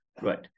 right